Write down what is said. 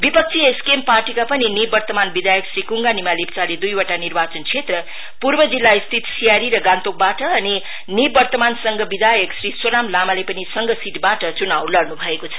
विपक्षी एसकेएम पार्टीका पनि निवर्तमान विधायक श्री क्इगा निमा लेप्चाले द्ईवटा निर्वाचन क्षेत्र पूर्व जिल्लास्थित सियारी र गान्तोकवाट अनि निर्वतमान संघ विधायक श्री सोनम लामाले पनि संघ सीबाट चुनाव लड्न् भएको छ